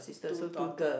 two daughter